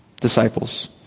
disciples